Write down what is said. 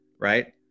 Right